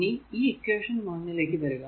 ഇനി ഇക്വേഷൻ 1 ലേക്ക് വരിക